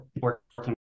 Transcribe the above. working